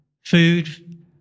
food